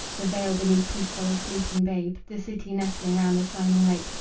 the vale beneath peaceful as sleeping babe, the city nestling round the shining lake,